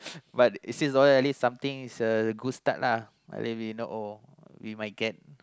but it says down there at least something is a good start lah believe it or we might get